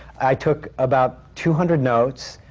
i took about two hundred notes,